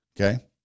okay